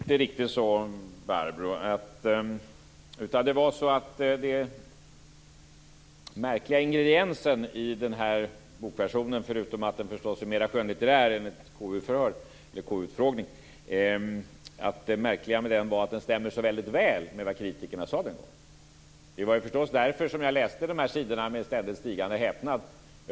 Herr talman! Det var inte riktigt så. Den märkliga ingrediensen i bokversionen, förutom att den förstås är mera skönlitterär än en KU-utfrågning, var att den stämde så väldigt väl med vad kritikerna sade den gången. Det var förstås därför som jag läste de här sidorna med ständigt stigande häpnad.